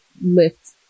lift